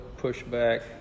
pushback